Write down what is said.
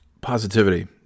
positivity